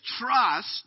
trust